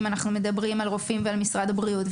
אם אנחנו מדברים על רופאים ועל משרד הבריאות,